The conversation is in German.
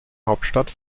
hauptstadt